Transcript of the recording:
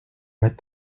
read